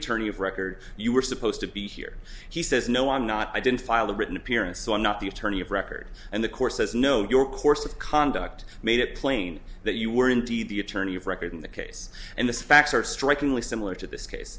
attorney of record you were supposed to be here he says no i'm not i didn't file a written appearance so i'm not the attorney of record and the court says no your course of conduct made it plain that you were indeed the attorney of record in the case and the facts are strikingly similar to this case